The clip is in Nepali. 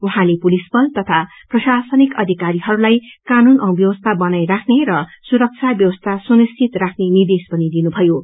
उहाँले पुलिस बल तथा प्रशासनिक अधिकारीहरूलाई काून औ व्यवस्था बलनाई राख्ने र सुरक्षा व्यवस्था सुनिश्चित गर्ने निर्देश पनि दिएको छ